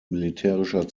militärischer